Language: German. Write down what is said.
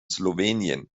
slowenien